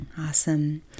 Awesome